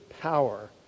power